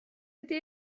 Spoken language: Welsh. ydy